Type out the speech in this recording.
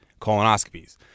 colonoscopies